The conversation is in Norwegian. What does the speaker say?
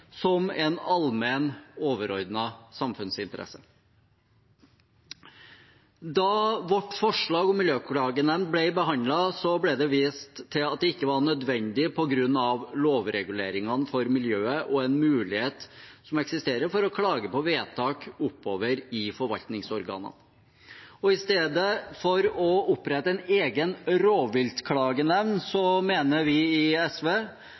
som en allmenn, overordnet samfunnsinteresse. Da vårt forslag om miljøklagenemnd ble behandlet, ble det vist til at det ikke var nødvendig på grunn av lovreguleringene for miljøet og en mulighet som eksisterer for å klage på vedtak oppover i forvaltningsorganene. I stedet for å opprette en egen rovviltklagenemnd mener vi i SV